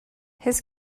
his